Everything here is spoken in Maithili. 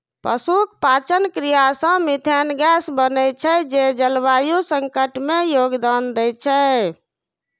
पशुक पाचन क्रिया सं मिथेन गैस बनै छै, जे जलवायु संकट मे योगदान दै छै